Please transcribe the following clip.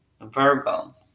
Virgo